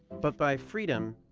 but by freedom,